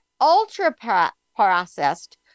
ultra-processed